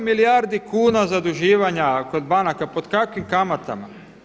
8 milijardi kuna zaduživanja kod banaka a pod kakvim kamatama?